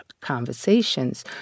conversations